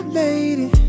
lady